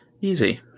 Easy